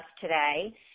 today